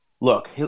Look